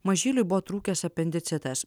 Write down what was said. mažyliui buvo trūkęs apendicitas